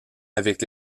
avec